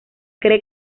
cree